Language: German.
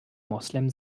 moslem